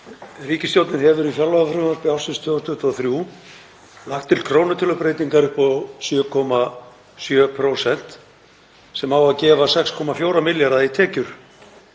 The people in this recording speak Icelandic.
Ríkisstjórnin hefur í fjárlagafrumvarpi ársins 2023 lagt til krónutölubreytingar upp á 7,7% sem eiga að gefa 6,4 milljarða í tekjur.